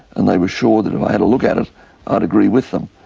and they were sure that if i had a look at it i'd agree with them.